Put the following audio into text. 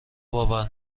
باور